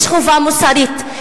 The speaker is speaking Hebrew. יש חובה מוסרית,